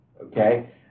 Okay